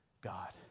God